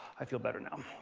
i feel better now.